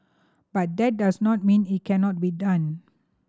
but that does not mean it cannot be done